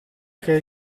che